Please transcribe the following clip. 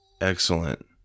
Excellent